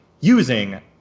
using—